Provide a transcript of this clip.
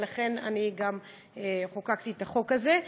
ולכן גם חוקקתי את החוק הזה.